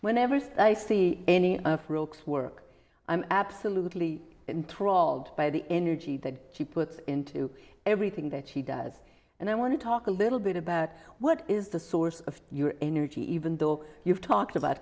whenever i see any work i'm absolutely in thrall by the energy that she put into everything that she does and i want to talk a little bit about what is the source of your energy even though you've talked about